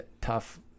tough